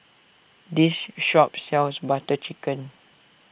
this shop sells Butter Chicken